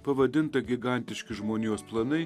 pavadintą gigantiški žmonijos planai